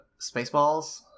Spaceballs